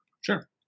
Sure